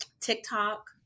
TikTok